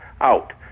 out